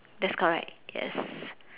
that's correct yes